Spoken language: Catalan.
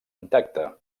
intacta